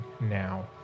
now